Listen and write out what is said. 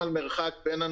בדקנו את זה גם עם שניר,